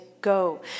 go